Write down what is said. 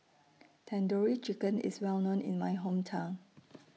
Tandoori Chicken IS Well known in My Hometown